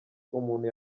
umuntu